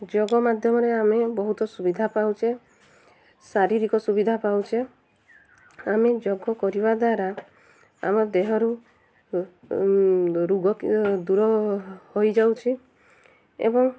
ଯୋଗ ମାଧ୍ୟମରେ ଆମେ ବହୁତ ସୁବିଧା ପାଉଛେ ଶାରୀରିକ ସୁବିଧା ପାଉଛେ ଆମେ ଯୋଗ କରିବା ଦ୍ୱାରା ଆମ ଦେହରୁ ରୋଗ ଦୂର ହୋଇଯାଉଛି ଏବଂ